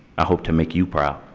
i hope to make you proud.